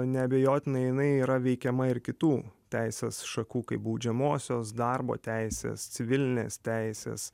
neabejotinai jinai yra veikiama ir kitų teisės šakų kaip baudžiamosios darbo teisės civilinės teisės